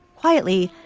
quietly,